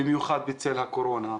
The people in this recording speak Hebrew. במיוחד בצל הקורונה,